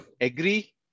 agree